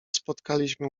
spotkaliśmy